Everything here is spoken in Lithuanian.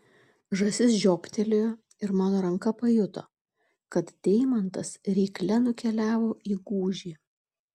žąsis žioptelėjo ir mano ranka pajuto kad deimantas rykle nukeliavo į gūžį